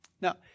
Now